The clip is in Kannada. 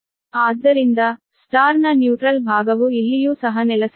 ಆದ್ದರಿಂದ ಸ್ಟಾರ್ ನ ನ್ಯೂಟ್ರಲ್ ಭಾಗವು ಇಲ್ಲಿಯೂ ಸಹ ನೆಲಸಬೇಕು